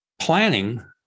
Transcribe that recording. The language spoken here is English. Planning